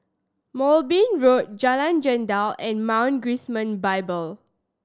Moulmein Road Jalan Jendela and Mount Gerizim Bible